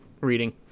reading